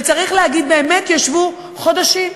וצריך להגיד, באמת ישבו חודשים.